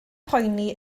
poeni